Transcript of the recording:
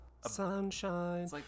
sunshine